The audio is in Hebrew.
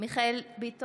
מיכאל מרדכי ביטון,